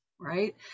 Right